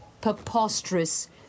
preposterous